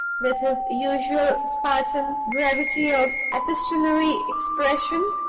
with his usual spartan brevity of epistolary expression.